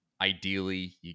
Ideally